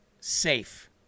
safe